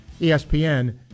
ESPN